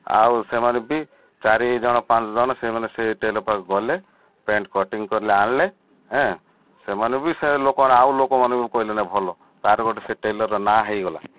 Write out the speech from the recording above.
ଆଉ ସେମାନେ ବି ଚାରି ଜଣ ପାଞ୍ଚ ଜଣ ସେମାନେ ସେ ଟେଲର୍ ପାଖକୁ ଗଲେ ପ୍ୟାଣ୍ଟ କଟିଙ୍ଗ କଲେ ଆଣିଲେ ସେମାନେ ବି ସେ ଲୋକର ଆଉ ଲୋକମାଙ୍କନ କହିଲେନି ଭଲ ତା'ର ଗୋଟେ ସେ ଟେଲର୍ର ନାଁ ହୋଇଗଲା